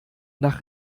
nach